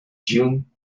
june